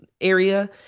area